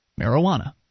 marijuana